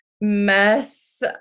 mess